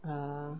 ah